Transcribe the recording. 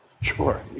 Sure